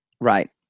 Right